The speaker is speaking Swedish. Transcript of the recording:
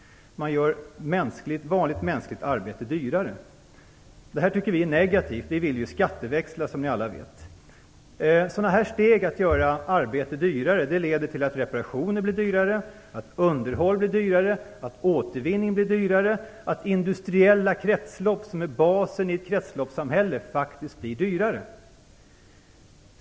Man gör vanligt mänskligt arbete dyrare. Det tycker vi är negativt - vi vill, som ni alla vet, skatteväxla. När man på det sättet gör arbete dyrare leder det till att reparationer blir dyrare, att underhåll blir dyrare, att återvinning blir dyrare, att industriella kretslopp, som är basen i ett kretsloppssamhälle, faktiskt blir dyrare.